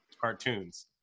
cartoons